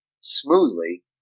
smoothly